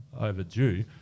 overdue